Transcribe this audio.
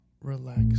relax